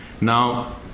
Now